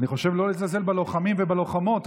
לא לזלזל בלוחמים ובלוחמות,